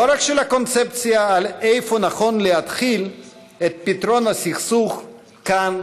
לא רק של הקונספציה על איפה נכון להתחיל את פתרון הסכסוך כאן,